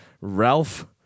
Ralph